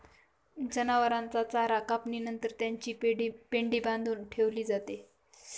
जनावरांचा चारा कापणी नंतर त्याची पेंढी बांधून ठेवली जाते